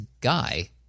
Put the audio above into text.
guy